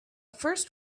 first